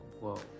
Whoa